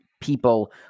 people